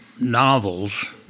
novels